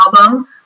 album